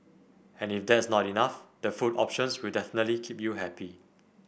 and if that's not enough the food options will definitely keep you happy